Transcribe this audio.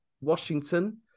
Washington